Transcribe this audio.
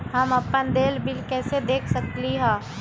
हम अपन देल बिल कैसे देख सकली ह?